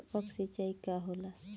टपक सिंचाई का होला?